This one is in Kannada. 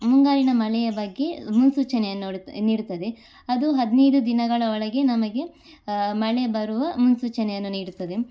ಮುಂಗಾರಿನ ಮಳೆಯ ಬಗ್ಗೆ ಮುನ್ಸೂಚನೆಯನ್ನು ನೀಡುತ್ತದೆ ಅದು ಹದಿನೈದು ದಿನಗಳ ಒಳಗೆ ನಮಗೆ ಮಳೆ ಬರುವ ಮುನ್ಸೂಚನೆಯನ್ನು ನೀಡುತ್ತದೆ